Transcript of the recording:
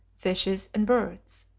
fishes and birds.